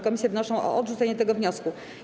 Komisje wnoszą o odrzucenie tego wniosku.